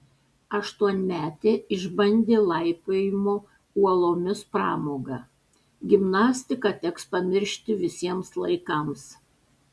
aštuonmetė išbandė laipiojimo uolomis pramogą gimnastiką teks pamiršti visiems laikams